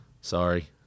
Sorry